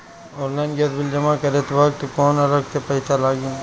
Online gas bill जमा करत वक्त कौने अलग से पईसा लागी?